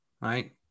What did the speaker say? right